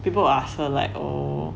people will ask her like oh